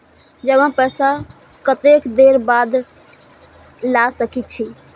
जमा पैसा कतेक देर बाद ला सके छी?